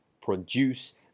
produce